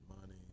money